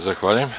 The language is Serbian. Zahvaljujem.